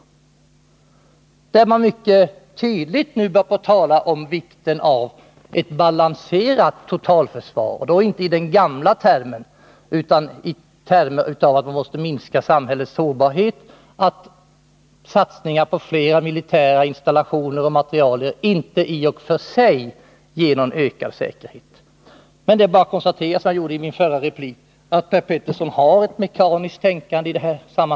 Där börjar man nu mycket tydligt tala om vikten av ett balanserat totalförsvar — inte i den gamla betydelsen, utan i termer av att man måste minska samhällets sårbarhet, varvid satsningar på flera militära installationer och mer material inte i sig ger någon ökad säkerhet. Det är bara att konstatera, vilket jag gjorde i min förra replik, att Per Petersson har ett mekaniskt tänkande.